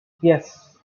yes